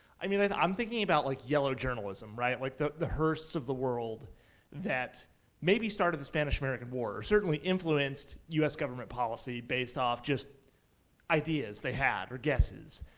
i mean like i'm thinking about like yellow journalism, right, like the the hearts of the world that maybe started the spanish american war, or certainly influenced u s. government policy based off just ideas they had, or guesses.